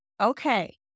Okay